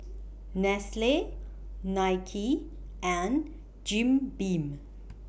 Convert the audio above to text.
Nestle Nike and Jim Beam